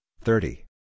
thirty